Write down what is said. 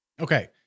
Okay